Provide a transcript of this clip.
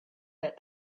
that